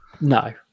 No